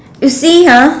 you see ah